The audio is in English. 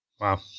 Wow